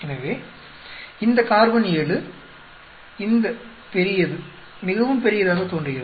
எனவே இந்த கார்பன் ஏழு இந்த பெரியது மிகவும் பெரியதாக தோன்றுகிறது